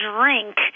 drink